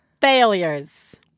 Failures